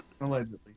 Allegedly